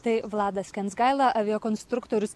tai vladas kensgaila aviakonstruktorius